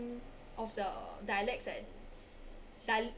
of the dialects and dial~